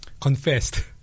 confessed